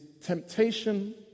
temptation